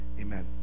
amen